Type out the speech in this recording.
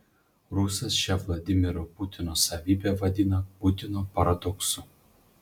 rusas šią vladimiro putino savybę vadina putino paradoksu